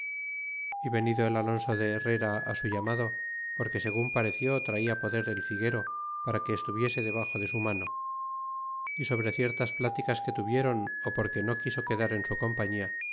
y venido el alonso de herrera su llamado porque segun p areció traia poder el figuero para que estuviese debaxo de su mano é sobre ciertas pláticas que tuviéron porque no quiso quedar en su compañía